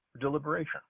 deliberation